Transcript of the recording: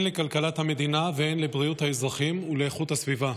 לכלכלת המדינה והן לבריאות האזרחים ולאיכות הסביבה.